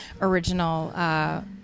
original